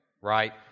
Right